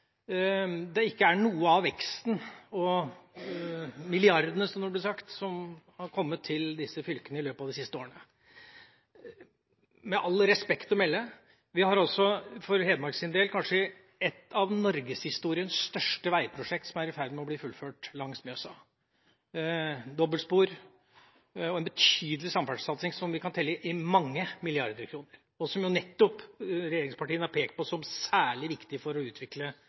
veksten – og milliardene, som det ble sagt – har kommet til innlandsfylkene i løpet av de siste årene. Med respekt å melde: Vi har – for Hedmarks del – kanskje et av norgeshistoriens største veiprosjekter langs Mjøsa, som er i ferd med å bli fullført. Det er dobbeltspor og en betydelig samferdselssatsing – vi kan telle mange milliarder kroner – som nettopp regjeringspartiene har pekt på som særlig viktig for å utvikle